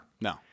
No